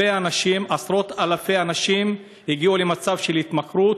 כשעשרות-אלפי אנשים הגיעו למצב של התמכרות.